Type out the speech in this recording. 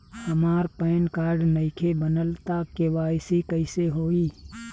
हमार PAN card नईखे बनल त के.वाइ.सी कइसे होई?